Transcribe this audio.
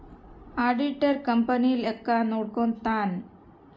auditor company ಲೆಕ್ಕ ನೋಡ್ಕಂತಾನ್